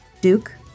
Duke